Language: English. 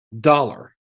dollar